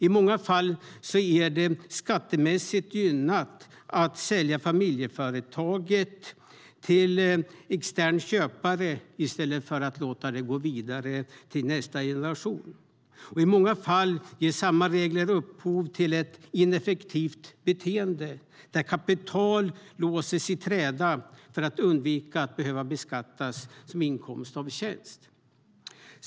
I många fall är det skattemässigt gynnat att sälja familjeföretaget till en extern köpare i stället för att låta det gå vidare till nästa generation. Och i många fall ger samma regler upphov till ett ineffektivt beteende, där kapital låses i träda för att undvika att man ska behöva beskatta det som inkomst av tjänst.